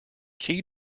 key